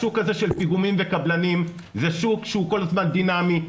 השוק הזה של פיגומים וקבלנים זה שוק שהוא כל הזמן דינמי,